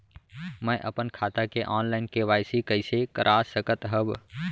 मैं अपन खाता के ऑनलाइन के.वाई.सी कइसे करा सकत हव?